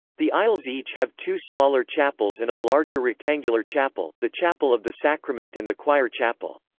the aisles each have two smaller chapels and a larger rectangular chapel, the chapel of the sacrament and the choir chapel.